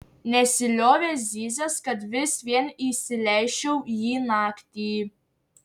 nesiliovė zyzęs kad vis vien įsileisčiau jį naktį